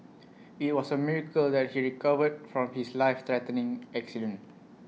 IT was A miracle that he recovered from his life threatening accident